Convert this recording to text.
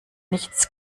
nichts